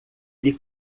lhe